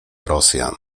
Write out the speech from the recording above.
rosjan